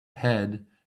had